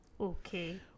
Okay